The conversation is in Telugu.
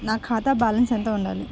నా ఖాతా బ్యాలెన్స్ ఎంత ఉండాలి?